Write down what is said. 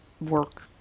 work